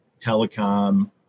telecom